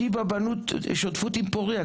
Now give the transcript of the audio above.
שיבא בנו שותפות עם פורייה,